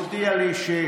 יעקב אשר,